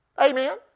Amen